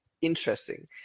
interesting